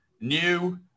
NEW